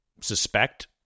suspect